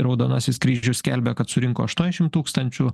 raudonasis kryžius skelbia kad surinko aštuoniasdešimt tūkstančių